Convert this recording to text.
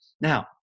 Now